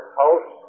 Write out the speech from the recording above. house